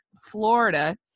Florida